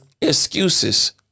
Excuses